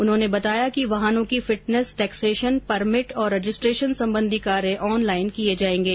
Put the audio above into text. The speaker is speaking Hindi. उन्होंने बताया कि वाहनों की फिटनेस टेक्सेशन परमिट और रजिस्ट्रेशन संबंधी कार्य ऑनलाइन किये जायेंगे